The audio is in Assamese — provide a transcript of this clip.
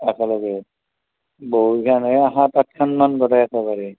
একেলগেই বহু কেইখান এই সাত আঠ খান মান গোটাই একেবাৰে